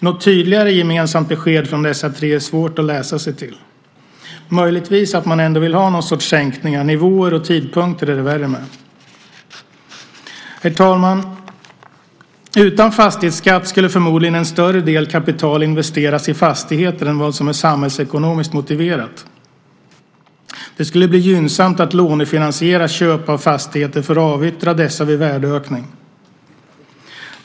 Något tydligare gemensamt besked från dessa tre är svårt att läsa sig till. Möjligtvis vill man ändå ha någon sänkning, men nivåer och tidpunkter är det värre med. Herr talman! Utan fastighetsskatt skulle förmodligen en större del kapital investeras i fastigheter än vad som är samhällsekonomiskt motiverat. Det skulle bli gynnsamt att lånefinansiera köp av fastigheter för att avyttra dessa vid värdeökning.